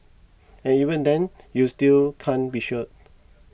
and even then you still can't be sure